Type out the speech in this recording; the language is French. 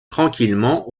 tranquillement